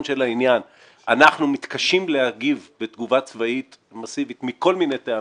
של העניין אנחנו מתקשים להגיב בתגובה צבאית מסיבית מכל מיני טעמים,